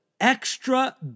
extra